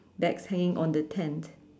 that's hanging on the tent